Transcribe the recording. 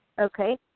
Okay